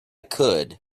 could